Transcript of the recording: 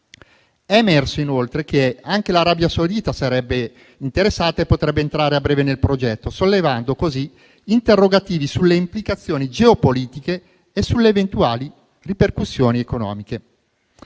È emerso inoltre che anche l'Arabia Saudita sarebbe interessata e potrebbe entrare a breve nel progetto, sollevando così interrogativi sulle implicazioni geopolitiche e sulle eventuali ripercussioni economiche.